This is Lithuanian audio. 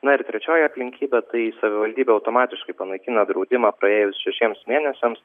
na ir trečioji aplinkybė tai savivaldybė automatiškai panaikina draudimą praėjus šešiems mėnesiams